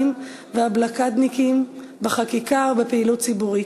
והבלוקדניקים בחקיקה ובפעילות ציבורית.